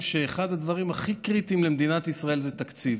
שאחד הדברים הכי קריטיים למדינת ישראל זה תקציב